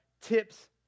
tips